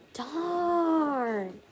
darn